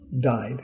died